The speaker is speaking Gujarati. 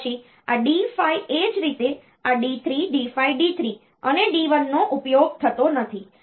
પછી આ D 5 એ જ રીતે આ D3 D5 D3 અને D1 નો ઉપયોગ થતો નથી